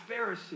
Pharisee